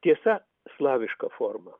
tiesa slaviška forma